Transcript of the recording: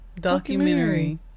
Documentary